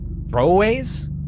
Throwaways